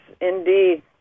indeed